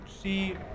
see